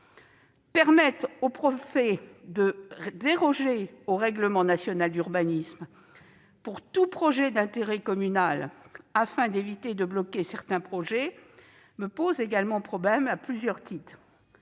permettre au préfet de déroger au RNU pour tout projet d'intérêt communal afin d'éviter de bloquer certains projets me pose également problème à plusieurs titres.